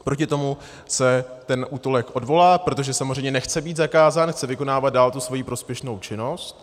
Proti tomu se ten útulek odvolá, protože samozřejmě nechce být zakázán, chce vykonávat dál tu svoji prospěšnou činnost.